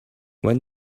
when